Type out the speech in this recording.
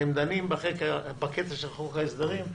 כשאתם דנים בקטע של חוק ההסדרים,